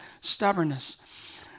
stubbornness